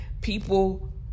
people